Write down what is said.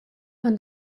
von